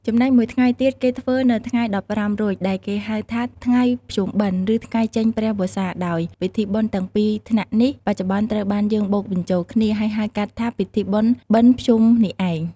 ចំណែកមួយថ្ងៃទៀតគេធ្វើនៅថ្ងៃ ១៥រោច ដែលគេហៅថាថ្ងៃភ្ជុំបិណ្ឌ ឬថ្ងៃចេញព្រះវស្សាដោយ ពិធីបុណ្យទាំងពីរថ្នាក់នេះ បច្ចុប្បន្នត្រូវបានយើងបូកបញ្ចូលគ្នា ហើយហៅកាត់ថា ពិធីបុណ្យបិណ្ឌភ្ជុំនេះឯង។